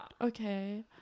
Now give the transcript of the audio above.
Okay